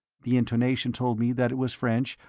the intonation told me that it was french,